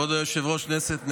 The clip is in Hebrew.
כבוד היושב-ראש, כנסת נכבדה,